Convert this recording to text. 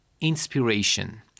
inspiration